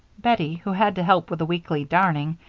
bettie, who had to help with the weekly darning,